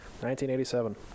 1987